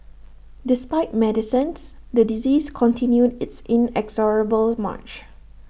despite medicines the disease continued its inexorable March